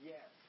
Yes